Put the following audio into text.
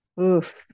Oof